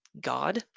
god